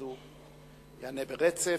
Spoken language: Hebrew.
אז הוא יענה ברצף,